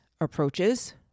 approaches